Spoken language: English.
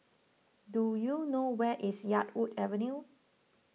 do you know where is Yarwood Avenue